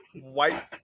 white